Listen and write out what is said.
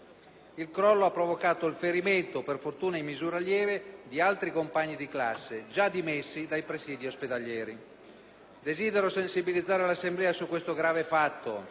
Il crollo ha provocato il ferimento, per fortuna in misura lieve, di altri compagni di classe, già dimessi dai presidi ospedalieri. Desidero sensibilizzare l'Assemblea su questo grave fatto,